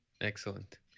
Excellent